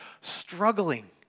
struggling